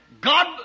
God